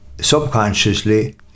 subconsciously